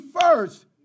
first